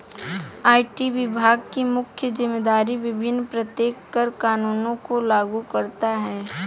IT विभाग की मुख्य जिम्मेदारी विभिन्न प्रत्यक्ष कर कानूनों को लागू करता है